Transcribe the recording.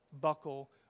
buckle